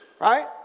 right